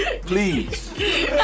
please